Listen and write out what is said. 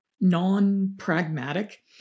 non-pragmatic